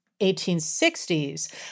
1860s